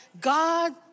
God